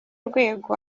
rwego